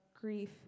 grief